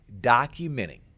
documenting